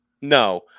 No